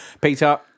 Peter